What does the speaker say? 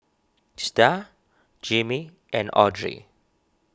Starr Jimmy and Audrey